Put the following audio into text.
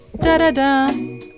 Da-da-da